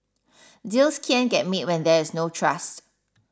deals can't get made when there is no trust